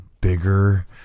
bigger